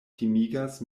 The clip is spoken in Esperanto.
timigas